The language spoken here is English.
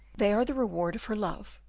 they are the reward of her love,